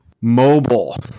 mobile